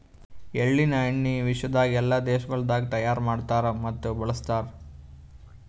ಎಳ್ಳಿನ ಎಣ್ಣಿ ವಿಶ್ವದಾಗ್ ಎಲ್ಲಾ ದೇಶಗೊಳ್ದಾಗ್ ತೈಯಾರ್ ಮಾಡ್ತಾರ್ ಮತ್ತ ಬಳ್ಸತಾರ್